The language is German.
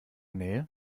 nähe